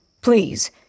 Please